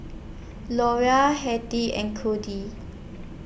Laura Hetty and